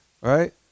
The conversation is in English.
Right